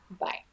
Bye